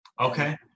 Okay